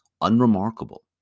unremarkable